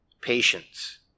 Patience